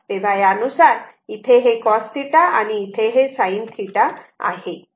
तेव्हा यानुसार इथे हे cos θ आहे आणि इथे हे sin θ आहे